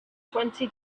twenty